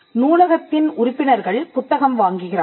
நூலகத்தின் உறுப்பினர்கள் புத்தகம் வாங்குகிறார்கள்